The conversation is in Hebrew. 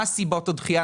מה סיבות הדחייה.